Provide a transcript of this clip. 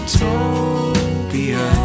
Utopia